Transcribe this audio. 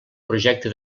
projecte